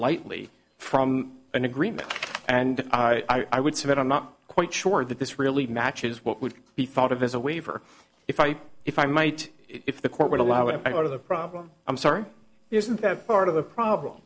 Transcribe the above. lightly from an agreement and i would say that i'm not quite sure that this really matches what would be thought of as a waiver if i if i might if the court would allow it out of the problem i'm sorry isn't that part of the problem